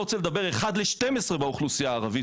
רוצה לדבר על 1 ל-12 באוכלוסייה הערבית,